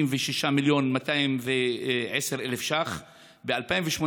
66 מיליון ו-210,000 שקל, וב-2018,